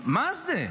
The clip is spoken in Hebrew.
מה זה?